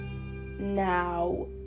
Now